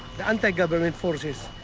the anti-government forces,